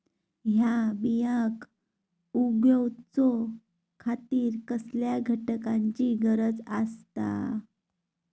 हया बियांक उगौच्या खातिर कसल्या घटकांची गरज आसता?